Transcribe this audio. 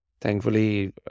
thankfully